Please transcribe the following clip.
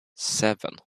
seven